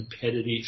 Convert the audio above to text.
competitive